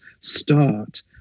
start